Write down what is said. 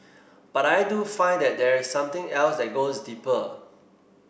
but I do find that there is something else that goes deeper